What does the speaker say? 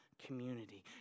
Community